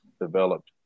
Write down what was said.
developed